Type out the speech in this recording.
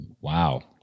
wow